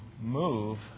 move